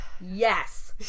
Yes